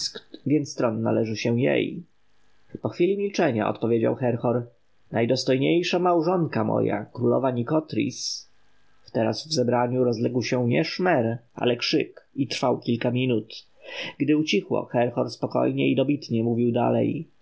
więc tron należy do niej po chwili milczenia odpowiedział herhor najdostojniejsza małżonka moja królowa nikotris teraz w zebraniu rozległ się nie szmer ale krzyk i trwał kilka minut gdy ucichło herhor spokojnie i dobitnie mówił dalej